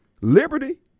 liberty